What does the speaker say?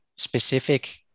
Specific